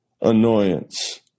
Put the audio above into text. annoyance